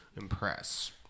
impress